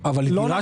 לא.